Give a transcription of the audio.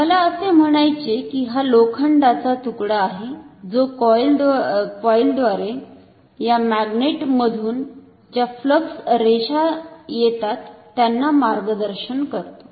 मला असे म्हणायचे कि हा लोखंडाचा तुकडा आहे जो कॉईलद्वारे या मॅग्नेटमधुन ज्या फ्लक्स रेषा येतात त्यांना मार्गदर्शन करतो